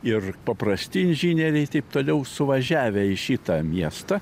ir paprasti inžinieriai taip toliau suvažiavę į šitą miestą